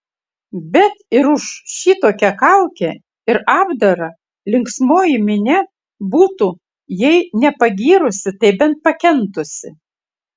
bet ir už šitokią kaukę ir apdarą linksmoji minia būtų jei ne pagyrusi tai bent pakentusi